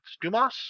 Dumas